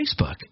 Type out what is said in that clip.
Facebook